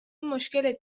مشکلت